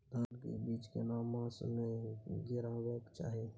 धान के बीज केना मास में गीराबक चाही?